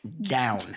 down